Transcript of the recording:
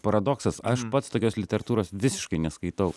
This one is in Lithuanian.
paradoksas aš pats tokios literatūros visiškai neskaitau